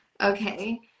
Okay